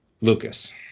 Lucas